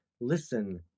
Listen